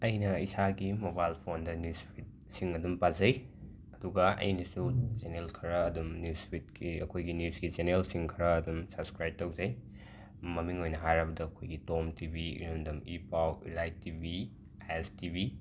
ꯑꯩꯅ ꯏꯁꯥꯒꯤ ꯃꯣꯕꯥꯏꯜ ꯐꯣꯟꯗ ꯅ꯭ꯌꯨꯁꯐꯤꯠꯁꯤꯡ ꯑꯗꯨꯝ ꯄꯥꯖꯩ ꯑꯗꯨꯒ ꯑꯩꯅꯁꯨ ꯑꯗꯨꯝ ꯆꯦꯅꯦꯜ ꯈꯔ ꯅ꯭ꯌꯨꯁꯐꯤꯠꯀꯤ ꯑꯩꯈꯣꯏꯒꯤ ꯅ꯭ꯌꯨꯁꯀꯤ ꯆꯦꯅꯦꯜ ꯈꯔ ꯁꯕꯁꯀ꯭ꯔꯥꯏꯞ ꯇꯧꯖꯩ ꯃꯃꯤꯡ ꯑꯣꯏꯅ ꯍꯥꯏꯔꯕꯗ ꯑꯈꯣꯏꯒꯤ ꯇꯣꯝ ꯇꯤꯕꯤ ꯏꯔꯝꯗꯝ ꯏꯄꯥꯎ ꯏꯂꯥꯏꯠ ꯇꯤꯕꯤ ꯑꯥꯏ ꯑꯦꯁ ꯇꯤꯕꯤ